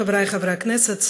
חבריי חברי הכנסת,